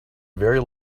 very